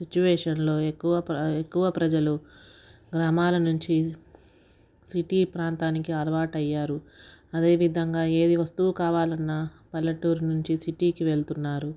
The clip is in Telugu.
సిచువేషన్లో ఎక్కువ ప ఎక్కువ ప్రజలు గ్రామాల నుంచి సిటీ ప్రాంతానికి అలవాటు అయ్యారు అదేవిధంగా ఏ వస్తువు కావాలన్నా పల్లెటూరు నుంచి సిటీకి వెళ్ళుతున్నారు